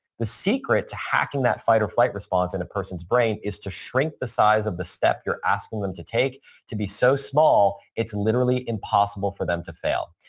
the secret to hacking that fight or flight response in a person's brain is to shrink the size of the step you're asking them to take to be so small, it's literally impossible for them to fail.